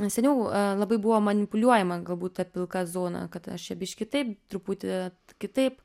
na seniau labai buvo manipuliuojama galbūt ta pilka zona kad aš čia biškį taip truputį kitaip